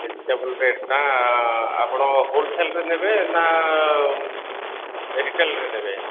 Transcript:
vegetable ରେଟ୍ଟା ଆପଣ ହୋଲସେଲ୍ରେ ନେବେ ନା ରିଟେଲ୍ରେ ନେବେ